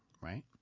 right